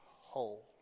whole